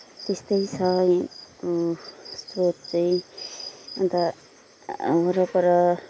त्यसतै छ यहाँको स्रोत चाहिँ अन्त वरपर